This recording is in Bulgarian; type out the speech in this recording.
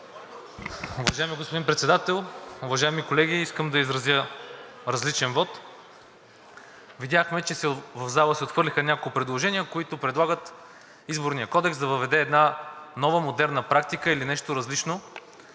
Уважаеми господин Председател, уважаеми колеги! Искам да изразя различен вот. Видяхме, че в залата се отхвърлиха няколко предложения, които предлагат Изборният кодекс да въведе една нова модерна практика или нещо различно.